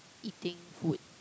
eating food